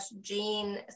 gene